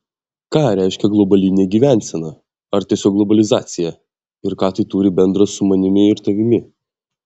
ką reiškia globalinė gyvensena ar tiesiog globalizacija ir ką tai turi bendra su manimi ir tavimi